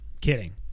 Kidding